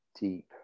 deep